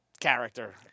character